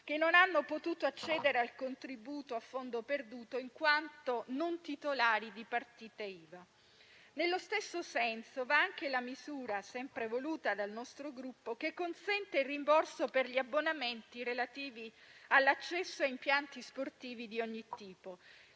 che non hanno potuto accedere al contributo a fondo perduto in quanto non titolari di partita IVA. Nello stesso senso va anche la misura, sempre voluta dal nostro Gruppo, che consente il rimborso per gli abbonamenti relativi all'accesso a impianti sportivi di ogni tipo.